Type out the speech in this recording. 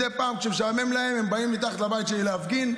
מדי פעם כשמשעמם להם הם באים מתחת לבית שלי להפגין.